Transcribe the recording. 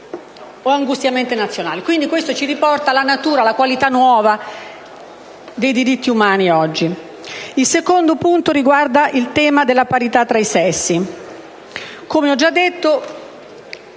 o angustamente nazionali. Questo ci riporta alla natura e alla nuova qualità dei diritti umani oggi. Il secondo punto riguarda il tema della parità tra i sessi.